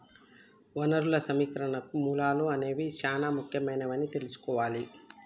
వనరులు సమీకరణకు మూలాలు అనేవి చానా ముఖ్యమైనవని తెల్సుకోవాలి